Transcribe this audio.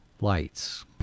lights